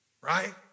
right